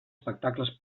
espectacles